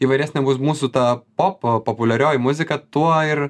įvairesnė bus mūsų ta pop populiarioji muzika tuo ir